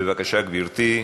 בבקשה, גברתי.